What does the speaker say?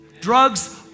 Drugs